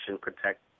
protect